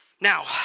Now